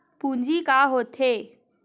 पूंजी का होथे?